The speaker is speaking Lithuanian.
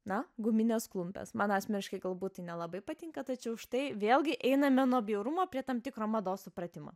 na gumines klumpes man asmeniškai galbūt tai nelabai patinka tačiau štai vėlgi einame nuo bjaurumo prie tam tikro mados supratimo